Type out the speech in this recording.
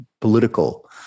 political